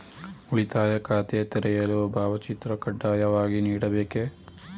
ಉಳಿತಾಯ ಖಾತೆ ತೆರೆಯಲು ಭಾವಚಿತ್ರ ಕಡ್ಡಾಯವಾಗಿ ನೀಡಬೇಕೇ?